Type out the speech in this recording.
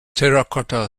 terracotta